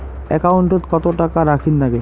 একাউন্টত কত টাকা রাখীর নাগে?